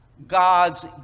God's